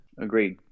Agreed